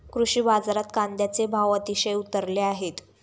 कृषी बाजारात कांद्याचे भाव अतिशय उतरले आहेत